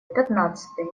пятнадцатый